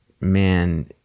man